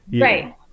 Right